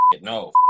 no